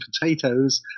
potatoes